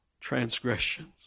transgressions